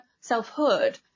selfhood